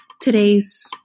today's